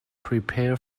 prepare